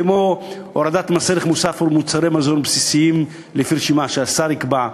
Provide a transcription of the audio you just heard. כמו הורדת מס ערך מוסף על מוצרי מזון בסיסיים לפי רשימה שהשר יקבע,